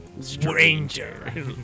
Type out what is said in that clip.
stranger